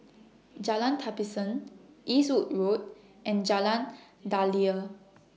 Jalan Tapisan Eastwood Road and Jalan Daliah